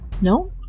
No